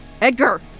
Edgar